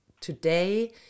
today